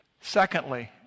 secondly